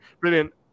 Brilliant